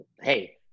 hey